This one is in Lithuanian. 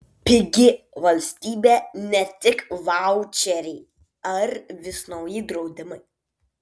pigi valstybė ne tik vaučeriai ar vis nauji draudimai